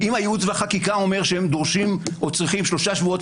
אם ייעוץ וחקיקה אומרים שהם צריכים שלושה שבועות,